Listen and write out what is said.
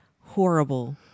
horrible